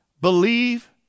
Believe